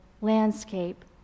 landscape